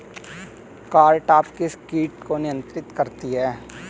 Cartap किस किट को नियंत्रित करती है?